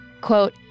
Quote